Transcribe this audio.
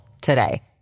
today